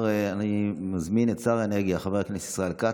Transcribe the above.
אני מזמין את שר האנרגיה חבר הכנסת ישראל כץ.